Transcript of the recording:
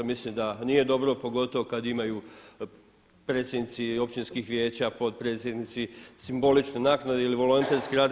Mislim da nije dobro, pogotovo kad imaju predsjednici općinskih vijeća, potpredsjednici simbolične naknade ili volonterski rade.